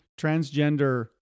transgender